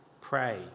Pray